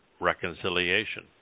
reconciliation